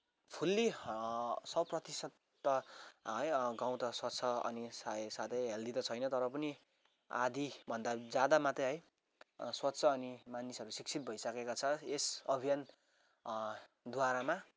fully सौ प्रतिशत त है अनि गाउँ त स्वच्छ अनि सा साथै हेल्दी त छैन तर पनि आधीभन्दा ज्यादा मात्रै है स्वच्छ अनि मानिसहरू शिक्षित भइसकेको छ यस अभियानद्वारामा